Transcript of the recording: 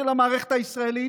של המערכת הישראלית,